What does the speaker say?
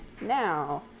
Now